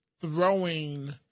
throwing